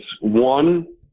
one